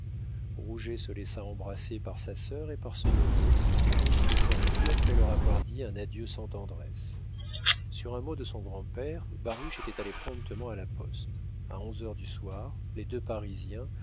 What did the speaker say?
se laissa embrasser par sa sœur et par son neveu puis il sortit après leur avoir dit un adieu sans tendresse sur un mot de son grand-père baruch était allé promptement à la poste a onze heures du soir les deux parisiens